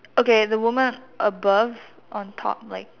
okay the woman above on top like